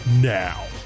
now